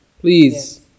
please